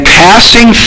passing